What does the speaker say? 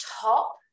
top